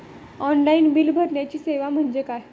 Online bill भरण्याची सेवा म्हणजे काय?